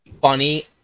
funny